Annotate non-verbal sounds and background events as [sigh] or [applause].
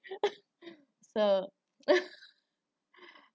[laughs] so